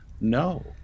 No